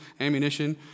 ammunition